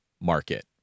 market